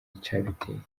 icabiteye